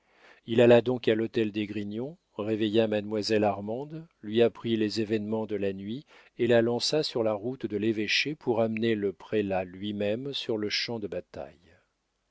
il alla donc à l'hôtel d'esgrignon réveilla mademoiselle armande lui apprit les événements de la nuit et la lança sur la route de l'évêché pour amener le prélat lui-même sur le champ de bataille